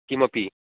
किमपि